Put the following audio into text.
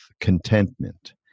contentment